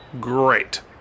great